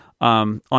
On